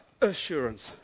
assurance